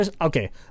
Okay